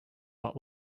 what